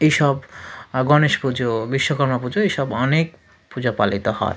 এইসব গণেশ পুজো বিশ্বকর্মা পুজো এইসব অনেক পূজা পালিত হয়